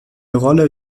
rolle